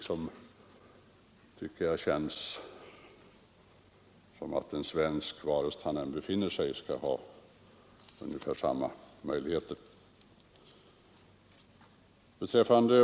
Jag tycker att en svensk medborgare i denna situation skall ha samma möjligheter oavsett om han eller hon befinner sig utomlands eller i Sverige.